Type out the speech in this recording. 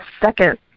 second